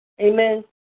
Amen